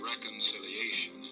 reconciliation